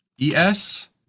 ES